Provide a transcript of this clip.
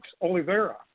Oliveira